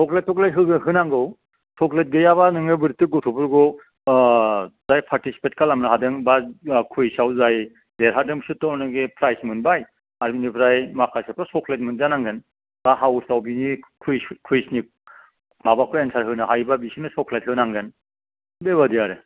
chocolate थक्लेट हे होनांगौ चक्लेट गैयाबा नोङो बोरैथो गथ'फोरखौ जाय पार्तिसिपेट खालामनो हादों बा कुइसआव जाय देरहादों बिसोरथ' नोङो फ्राइस मोनबाय आरो बिनिफ्राय माखासेथ' चक्लेट मोनजा नांगोन बा हाउसयाव बिदि कुइस कुइसनि माबाखौ एन्सार होनो हायोबा बिसोरनो चक्लेट होनांगोन बेबादि आरो